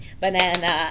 banana